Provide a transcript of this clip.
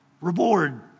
Reward